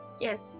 yes